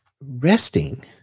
Resting